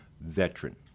veteran